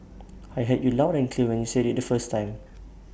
I heard you loud when you said IT the first time